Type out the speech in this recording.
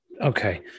okay